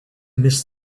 miss